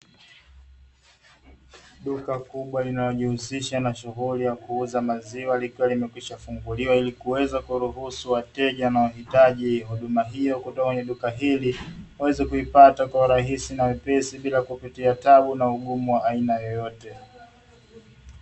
Duka kubwa linalojihusisha na shughuli ya kuuza maziwa likiwa limekwisha kufunguliwa, ili kuweza kuruhusu wateja wanaohitaji huduma hiyo kutoka kwenye duka hili waweze kuipata kwa urahisi na wepesi bila kupitia taabu na ugumu wa aina yoyote.